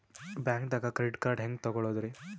ಬ್ಯಾಂಕ್ದಾಗ credit card ಹೆಂಗ್ ತಗೊಳದ್ರಿ?